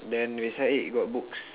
then beside it got books